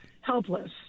helpless